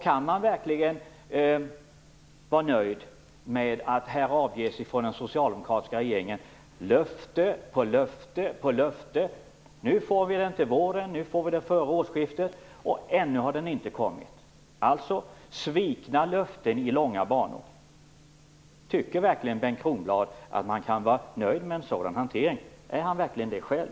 Kan man verkligen vara nöjd med att den socialdemokratiska regeringen avger löfte på löfte på löfte om att vi skall få den till våren och att vi skall få den till årsskiftet, när den ännu inte har kommit? Det är alltså svikna löften i långa banor. Tycker Bengt Kronblad verkligen att man kan vara nöjd med en sådan hantering? Är han verkligen nöjd själv?